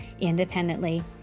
independently